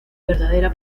verdadera